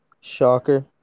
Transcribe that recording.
Shocker